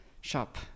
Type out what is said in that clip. shop